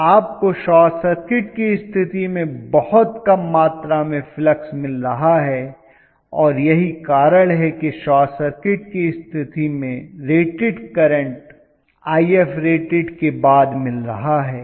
तो आप को शॉर्ट सर्किट की स्थिति में बहुत कम मात्रा में फ्लक्स मिल रहा है और यही कारण है कि शॉर्ट सर्किट की स्थिति में रेटेड करंट Ifrated के बाद मिल रहा है